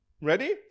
Ready